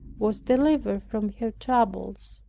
was delivered from her troubles.